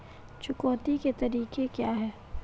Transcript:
चुकौती के तरीके क्या हैं?